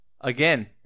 Again